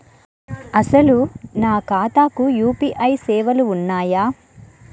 అసలు నా ఖాతాకు యూ.పీ.ఐ సేవలు ఉన్నాయా?